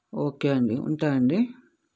okay అండి ఉంటానండి